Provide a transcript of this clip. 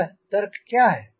अतः तर्क क्या है